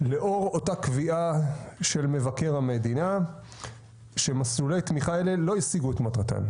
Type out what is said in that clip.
לאור אותה קביעה של מבקר המדינה שמסלולי התמיכה האלה לא השיגו את מטרתם.